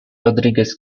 rodriguez